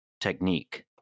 technique